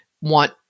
want